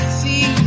see